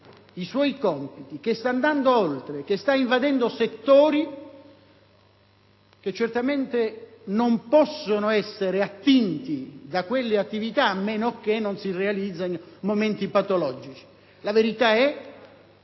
i suoi compiti, sta andando oltre, sta invadendo settori che certamente non possono essere attinti da quelle attività, a meno che non si realizzino momenti patologici. La verità è che